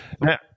Now